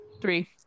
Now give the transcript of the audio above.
three